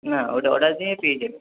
না ওটা অর্ডার দিয়ে পেয়ে যাবেন